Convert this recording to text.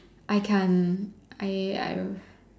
I can't I I